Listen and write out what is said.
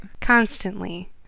Constantly